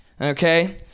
okay